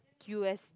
U_S